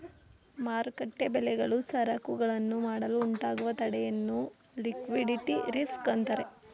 ಮಾರುಕಟ್ಟೆ ಬೆಲೆಗಳು ಸರಕುಗಳನ್ನು ಮಾಡಲು ಉಂಟಾಗುವ ತಡೆಯನ್ನು ಲಿಕ್ವಿಡಿಟಿ ರಿಸ್ಕ್ ಅಂತರೆ